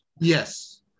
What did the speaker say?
yes